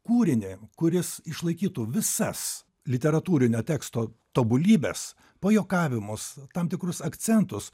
kūrinį kuris išlaikytų visas literatūrinio teksto tobulybes pajuokavimus tam tikrus akcentus